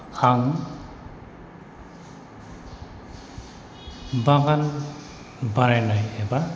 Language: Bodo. आं बागान बानायनाय एबा